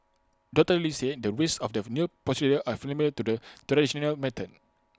doctor lee said the risks of the new procedure are similar to the traditional method